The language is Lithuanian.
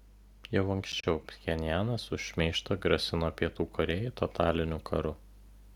jau anksčiau pchenjanas už šmeižtą grasino pietų korėjai totaliniu karu